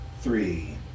three